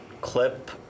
clip